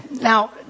Now